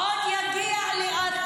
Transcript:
העולם יקבל את המידע -- תודה,